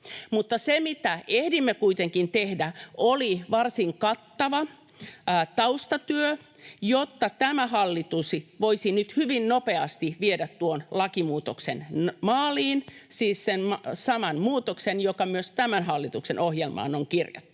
se, mitä ehdimme kuitenkin tehdä, oli varsin kattava taustatyö, jotta tämä hallitus voisi nyt hyvin nopeasti viedä tuon lakimuutoksen maaliin, siis sen saman muutoksen, joka myös tämän hallituksen ohjelmaan on kirjattu.